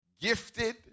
gifted